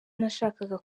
nashakaga